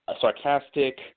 sarcastic